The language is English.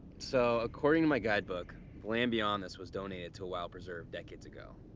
so according to my guidebook the land beyond this was donated to a wild preserve decades ago.